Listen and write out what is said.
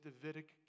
Davidic